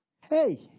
Hey